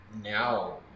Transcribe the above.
now